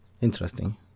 Interesting